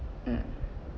mm